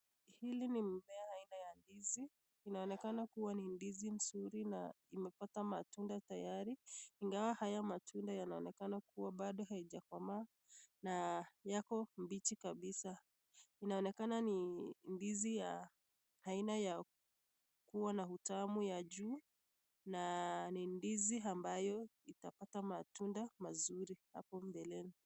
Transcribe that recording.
Hili ni mmea aina ya ndizi. Inaonekana kuwa ni ndizi mzuri na imepata matunda tayari. Ingawa haya matunda yanaonekana kuwa bado haijakomaa na yako mbichi kabisa. Inaonekana ni ndizi ya aina ya kuwa na utamu ya juu, na ni ndizi ambayo itapata matunda mazuri hapo mbeleni.